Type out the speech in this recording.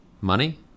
Money